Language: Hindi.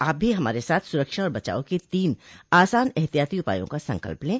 आप भी हमारे साथ सुरक्षा और बचाव के तीन आसान एहतियाती उपायों का संकल्प लें